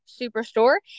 Superstore